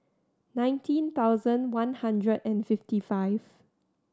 nineteen thousand one hundred and fifty five